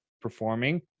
performing